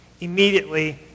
immediately